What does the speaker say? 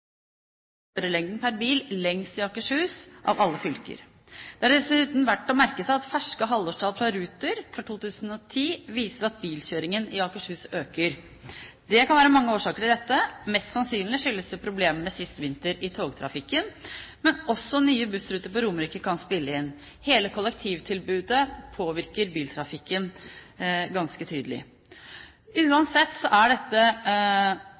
per bil lengst i Akershus av alle fylker. Det er dessuten verdt å merke seg at ferske halvårstall fra Ruter for 2010 viser at bilkjøringen i Akershus øker. Det kan være mange årsaker til dette, mest sannsynlig skyldes det problemene i togtrafikken sist vinter, men også nye bussruter på Romerike kan spille inn. Hele kollektivtilbudet påvirker biltrafikken ganske tydelig. Uansett er dette